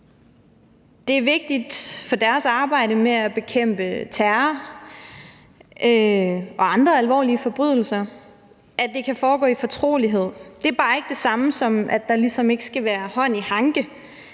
Det er vigtigt for deres arbejde med at bekæmpe terror og andre alvorlige forbrydelser, at det kan foregå i fortrolighed. Det er bare ikke det samme, som at der ligesom ikke skal være hånd i hanke